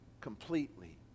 completely